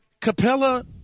Capella